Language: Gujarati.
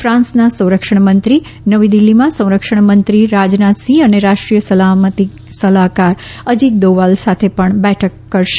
ફાંસના સંરક્ષણ મંત્રી નવી દિલ્હીમાં સંરક્ષણ મંત્રી રાજનાથ સિંહ અને રાષ્ટ્રીય સલામતી સલાહકાર અજીત દોવલ સાથે પણ બેઠક કરશે